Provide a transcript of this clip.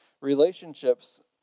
Relationships